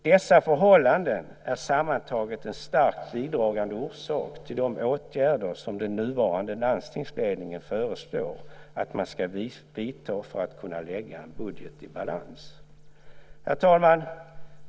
Dessa förhållanden är sammantaget en starkt bidragande orsak till de åtgärder som den nuvarande landstingsledningen föreslår att man ska vidta för att kunna lägga en budget i balans. Herr talman!